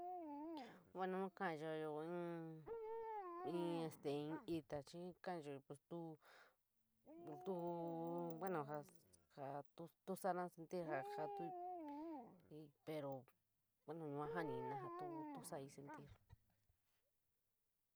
Bueno, kolanchayo fin, fin este in ita chi komachayo tuv, bueno, to salonal sentir fa jaali pero bueno yua janí fin ja tu sali sentir.